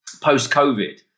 post-COVID